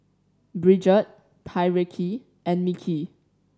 Bridgette Tyreke and Mickie